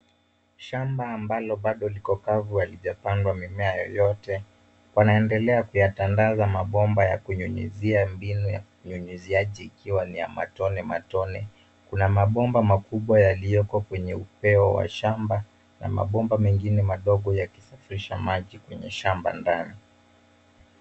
Shamba ambalo bado liko kavu halijapandwa mimea yoyote. Wanaendelea kuyatandaza mabomba ya kunyunyizia mbinu ya nyunyiziaji ikiwa ni ya matone matone. Kuna mabomba makubwa yaliyoko kwenye upeo wa shamba na mabomba mengine madogo ya kisafirisha maji kwenye shamba ndani.